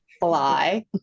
fly